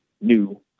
new